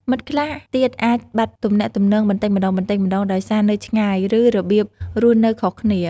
មិត្តខ្លះទៀតអាចបាត់ទំនាក់ទំនងបន្តិចម្តងៗដោយសារនៅឆ្ងាយ ឬរបៀបរស់នៅខុសគ្នា។